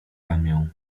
ramię